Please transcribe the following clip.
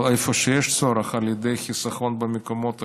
אבל במקום שיש צורך, על ידי חיסכון במקומות אחרים,